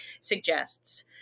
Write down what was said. suggests